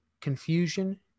Confusion